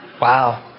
wow